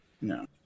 No